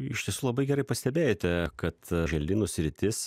iš tiesų labai gerai pastebėjote kad želdynų sritis